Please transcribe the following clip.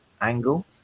angle